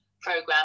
program